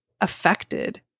affected